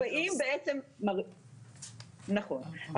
נכון.